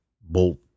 bolt